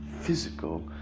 physical